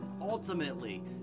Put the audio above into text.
Ultimately